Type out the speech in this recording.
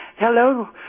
Hello